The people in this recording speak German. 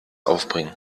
aufbringen